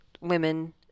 women